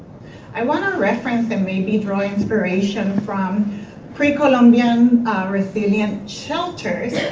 i wanna reference that made me draw inspiration from pre-columbian resilient shelters.